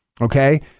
okay